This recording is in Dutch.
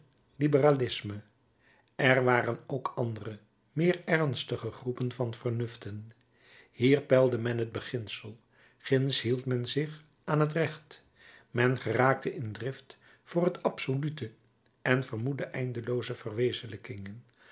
liberalisme er waren ook andere meer ernstige groepen van vernuften hier peilde men het beginsel ginds hield men zich aan het recht men geraakte in drift voor het absolute en vermoedde eindelooze verwezenlijkingen